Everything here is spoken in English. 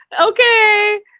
okay